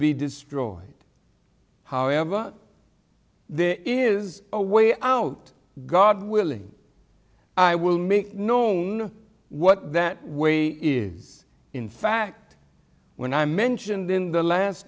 be destroyed however there is a way out god willing i will make known what that way is in fact when i mentioned in the last